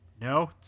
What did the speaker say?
No